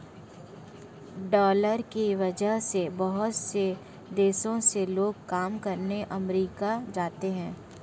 dollar की वजह से बहुत से देशों से लोग काम करने अमरीका जाते हैं